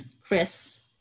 Chris